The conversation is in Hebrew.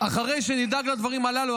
אחרי שנדאג לדברים הללו,